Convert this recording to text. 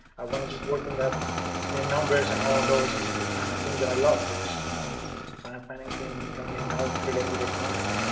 i want to just work in that the numbers and all those things that i love, which you know it's a and kind of financing and counting now related with economics,